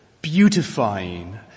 Beautifying